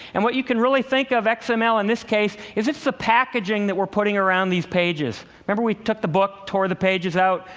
and what you can really think of xml in this case is it's the packaging that we're putting around these pages. remember we took the book, tore the pages out?